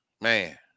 man